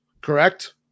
Correct